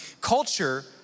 culture